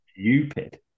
stupid